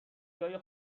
جای